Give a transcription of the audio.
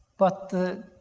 but the